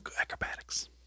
Acrobatics